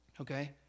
okay